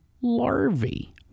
larvae